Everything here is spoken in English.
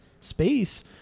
space